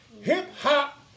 hip-hop